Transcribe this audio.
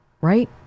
right